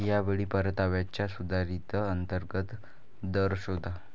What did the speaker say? या वेळी परताव्याचा सुधारित अंतर्गत दर शोधा